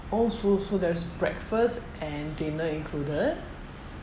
oh so so there's breakfast and dinner included